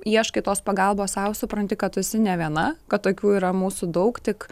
ieškai tos pagalbos sau supranti kad tu esi ne viena kad tokių yra mūsų daug tik